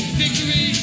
victory